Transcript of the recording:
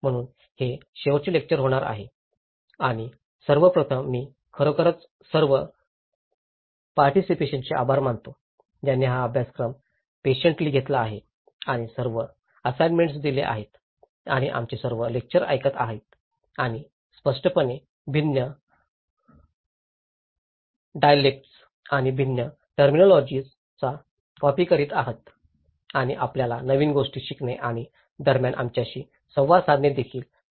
म्हणून हे शेवटचे लेक्चर होणार आहे आणि सर्व प्रथम मी खरोखरच सर्व पार्टीसिपेशनींचे आभार मानतो ज्यांनी हा अभ्यासक्रम पेशन्टली घेतला आहे आणि सर्व असाइनमेंट्स दिले आहेत आणि आमचे सर्व लेक्चर ऐकत आहेत आणि स्पष्टपणे भिन्न डीआयलेक्टस आणि भिन्न टर्मिनॉलॉजी चा कॉपी करीत आहेत आणि आपल्याला नवीन गोष्टी शिकणे आणि दरम्यान आमच्याशी संवाद साधणे देखील माहित आहे